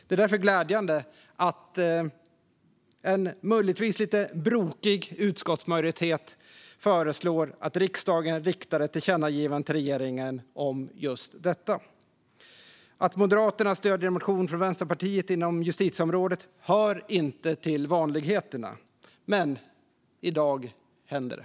Det är därför glädjande att en, möjligtvis lite brokig, utskottsmajoritet föreslår att riksdagen riktar ett tillkännagivande till regeringen om just detta. Att Moderaterna stöder en motion från Vänsterpartiet inom justitieområdet hör inte till vanligheterna, men i dag händer det.